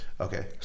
Okay